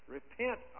Repent